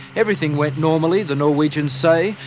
everything went normally, the norwegians say,